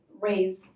raise